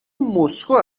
مسکو